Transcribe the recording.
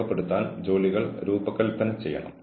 അത് ജോലിസ്ഥലത്തെ ഭീഷണിപ്പെടുത്തലിന്റെ ഒരു രൂപമാണ്